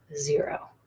zero